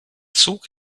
zug